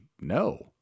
no